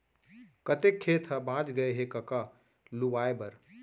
कतेक खेत ह बॉंच गय हे कका लुवाए बर?